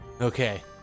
Okay